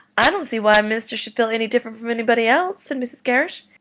i don't see why a minister should feel any different from anybody else, said mrs. gerrish.